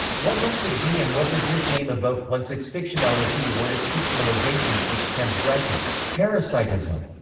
what must it be and what does this name evoke, once its fictionality or its fictionalization, its transgressive parasitism,